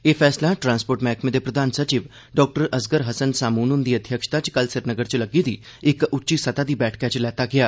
एह फैसला ट्रांस्पोर्ट मैहकमे दे प्रधान सचिव डाक्टर असरगर हसन सामून हन्दी अध्यक्षता च कल श्रीनगर च लग्गी दी इक उच्ची सतह दी बैठका च लैता गेया